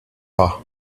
her